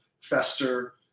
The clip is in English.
fester